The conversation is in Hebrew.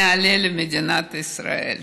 נעלה למדינת ישראל.